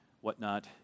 whatnot